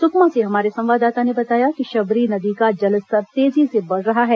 सुकमा से हमारे संवाददाता ने बताया कि शबरी नदी का जलस्तर तेजी से बढ़ रहा है